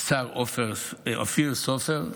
השר אופיר סופר,